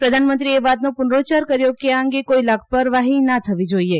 પ્રધાનમંત્રીએ એ વાતનો પુનરોચ્યાર કર્યો કે આ અંગે કોઇ લાપરવાહી ના થવી જોઇએ